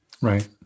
Right